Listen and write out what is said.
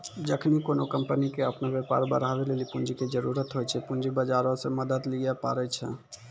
जखनि कोनो कंपनी के अपनो व्यापार बढ़ाबै लेली पूंजी के जरुरत होय छै, पूंजी बजारो से मदत लिये पाड़ै छै